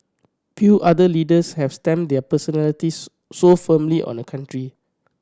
few other leaders have stamped their personalities so firmly on a country